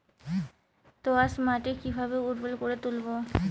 দোয়াস মাটি কিভাবে উর্বর করে তুলবো?